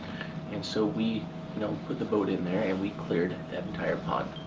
and so we you know put the boat in there and we cleared that entire pond.